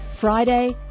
Friday